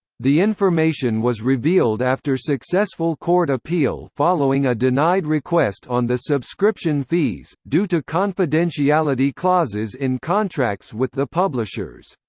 the information was revealed after successful court appeal following a denied request on the subscription fees, due to confidentiality clauses in contracts with the publishers.